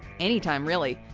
anytime, really.